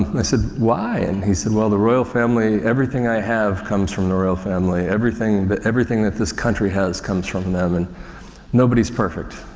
i said, why? and he said, well the royal family, everything i have comes from the royal family everything, but everything that this country has comes from them and nobody is perfect.